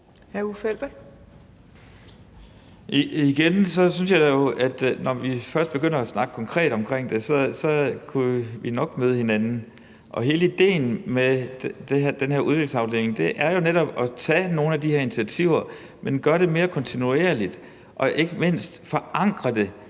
Jeg synes jo, at når vi først begynder at snakke konkret om det, kan vi nok møde hinanden. Og hele idéen med den her udviklingsafdeling er jo netop at tage nogle af de her initiativer, men gøre det mere kontinuerligt og ikke mindst forankre det